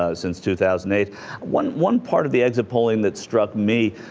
ah since two thousand eight one one part of the exit polling that struck me